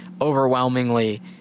overwhelmingly